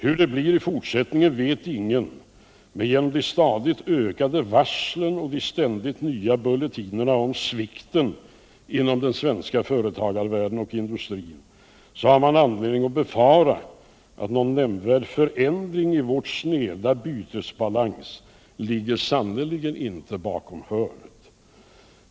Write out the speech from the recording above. Hur det blir i fortsättningen vet ingen, men genom de stadigt ökade varslen och de ständigt nya bulletinerna om sviktningen inom den svenska företagsvärlden och industrin har man anledning att befara att någon nämnvärd förändring i vår sneda bytesbalans sannerligen inte ligger bakom hörnet.